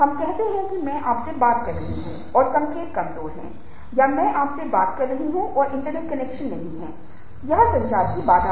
हम कहते हैं कि मैं आपसे बात कर रहा हूं और संकेत कमजोर हैं या मैं आपसे बात कर रहा हूं इंटरनेट कनेक्शन नहीं है यह संचार की बाधा है